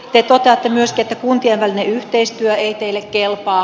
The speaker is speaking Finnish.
te toteatte myöskin että kuntien välinen yhteistyö ei teille kelpaa